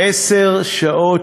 עשר שעות